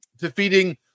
defeating